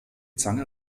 zange